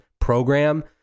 program